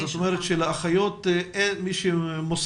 את אומרת שאין תמריץ כלכלי לאחות מוסמכת